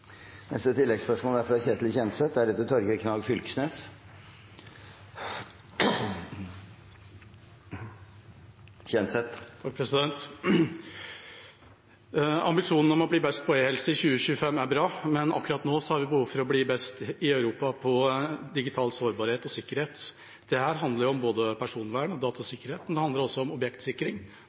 Ketil Kjenseth – til oppfølgingsspørsmål. Ambisjonen om å bli best i e-helse i 2025 er bra, men akkurat nå har vi behov for å bli best i Europa når det gjelder digital sårbarhet og sikkerhet. Det handler om både personvern og datasikkerhet, men det handler også om objektsikring.